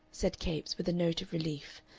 said capes with a note of relief,